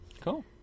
Cool